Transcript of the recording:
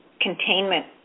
containment